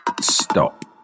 Stop